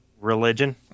religion